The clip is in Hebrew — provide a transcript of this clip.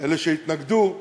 אלה שהתנגדו,